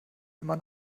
immer